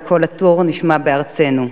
וקול התור נשמע בארצנו,